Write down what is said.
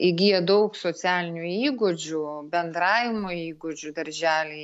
įgyja daug socialinių įgūdžių bendravimo įgūdžių daržely